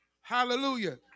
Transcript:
Hallelujah